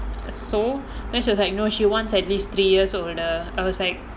so then she was like no she wants at least three year older I was like